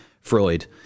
Freud